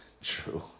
True